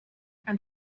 and